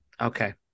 okay